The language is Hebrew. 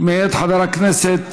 של חבר הכנסת